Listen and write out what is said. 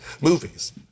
movies